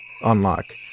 unlock